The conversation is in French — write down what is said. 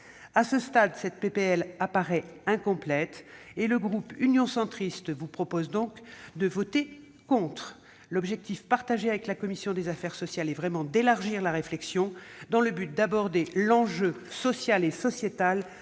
proposition de loi apparaît incomplète. Le groupe Union Centriste vous propose donc de voter contre, mes chers collègues. L'objectif partagé avec la commission des affaires sociales est vraiment d'élargir la réflexion, dans le but d'aborder l'enjeu social et sociétal